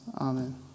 Amen